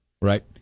Right